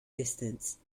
distance